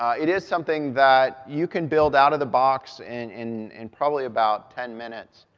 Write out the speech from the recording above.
it is something that you can build out of the box and in in probably about ten minutes.